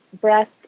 breast